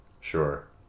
Sure